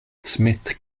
smith